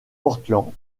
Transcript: portland